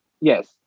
Yes